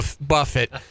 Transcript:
Buffett